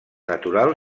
natural